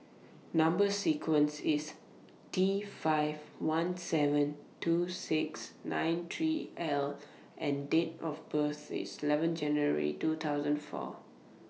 Number sequence IS T five one seven two six nine three L and Date of birth IS eleven January two thousand four